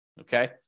Okay